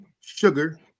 sugar